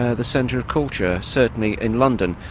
ah the centre of culture, certainly in london.